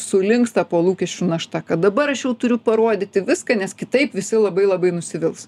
sulinksta po lūkesčių našta kad dabar aš jau turiu parodyti viską nes kitaip visi labai labai nusivils